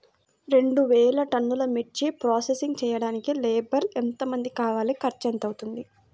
రెండు వేలు టన్నుల మిర్చి ప్రోసెసింగ్ చేయడానికి లేబర్ ఎంతమంది కావాలి, ఖర్చు ఎంత అవుతుంది?